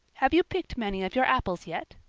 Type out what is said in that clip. have you picked many of your apples yet?